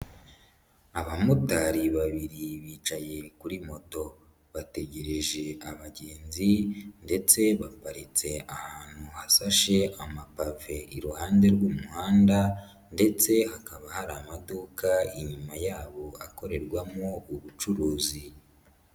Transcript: Abamotari babiri bicaye kuri moto bategereje abagenzi ndetse baparitse ahantu hasashe amapave iruhande rw'umuhanda ndetse hakaba hari amaduka inyuma yabo akorerwamo ubucuruzi.